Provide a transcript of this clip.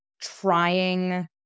trying